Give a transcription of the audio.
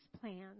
plans